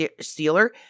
stealer